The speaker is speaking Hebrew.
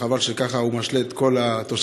וחבל שככה הוא משלה את כל התושבים.